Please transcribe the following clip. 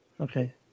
Okay